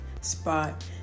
spot